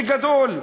בגדול.